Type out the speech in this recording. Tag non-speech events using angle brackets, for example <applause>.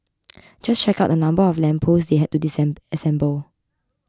just check out the number of lamp posts they had to <unintelligible> assemble